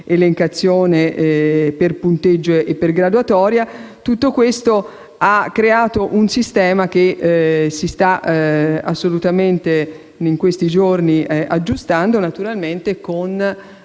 elencazione per punteggio e per graduatoria. Tutto questo ha creato un sistema che in questi giorni si sta aggiustando, naturalmente con